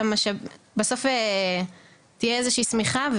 בסוף תהיה איזו שהיא שמיכה,